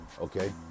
okay